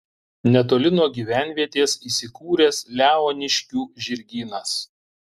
netoli nuo gyvenvietės įsikūręs leoniškių žirgynas